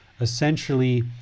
essentially